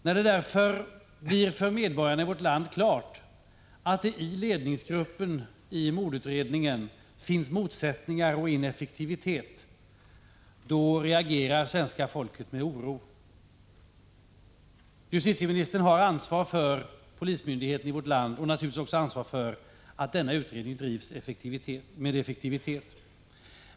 När det blir klart för medborgarna att det i ledningsgruppen i mordutredningen finns motsättningar och ineffektivitet, då reagerar de med oro. Justitieministern har ansvaret för polismyndigheten i vårt land och naturligtvis också ansvaret för att utredningen drivs med effektivitet.